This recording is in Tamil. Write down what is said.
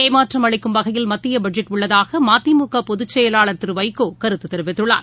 ஏமாற்றம் அளிக்கும் வகையில் மத்திய பட்ஜெட் உள்ளதாக மதிமுக பொதுச்செயவாள் திரு வைகோ கருத்து தெரிவித்துள்ளார்